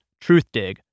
Truthdig